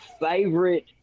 favorite